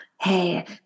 Hey